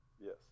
Yes